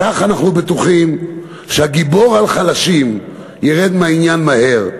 כך אנחנו בטוחים שהגיבור-על-חלשים ירד מהעניין מהר,